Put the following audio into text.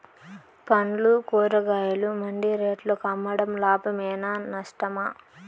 పండ్లు కూరగాయలు మండి రేట్లకు అమ్మడం లాభమేనా నష్టమా?